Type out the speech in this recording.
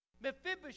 Mephibosheth